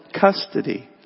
custody